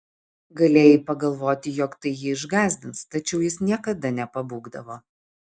galėjai pagalvoti jog tai jį išgąsdins tačiau jis niekada nepabūgdavo